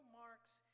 marks